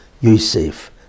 Yosef